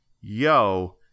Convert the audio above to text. yo